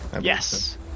yes